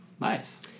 Nice